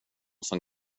som